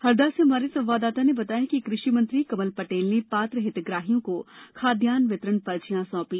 हरदा से हमारे संवाददाता ने बताया है कि कृषिमंत्री कमल पटेल ने पात्र हितग्राहियों को खाद्यन्न वितरण पर्चियां सौंपी